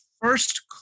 first